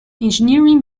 engineering